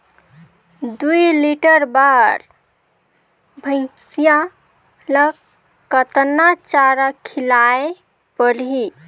दुई लीटर बार भइंसिया ला कतना चारा खिलाय परही?